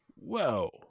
Whoa